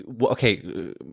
okay